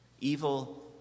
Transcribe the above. Evil